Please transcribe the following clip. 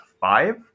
five